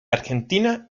argentina